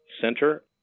center